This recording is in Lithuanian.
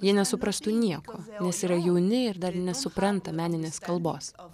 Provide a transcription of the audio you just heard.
jie nesuprastų nieko nes yra jauni ir dar nesupranta meninės kalbos